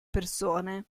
persone